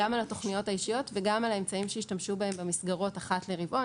גם על התוכניות האישיות וגם על האמצעים שהשתמשו בהם במסגרות אחת לרבעון.